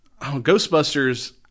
Ghostbusters